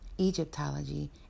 Egyptology